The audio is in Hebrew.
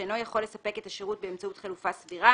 שאינו יכול לספק את השירות באמצעות חלופה סבירה